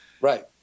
Right